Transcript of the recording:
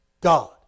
God